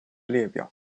列表